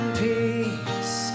peace